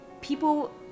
People